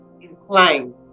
inclined